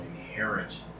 inherent